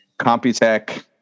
Computech